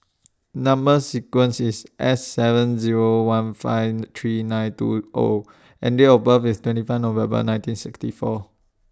Number sequence IS S seven Zero one five three nine two O and Date of birth IS twenty five November nineteen sixty four